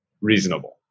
reasonable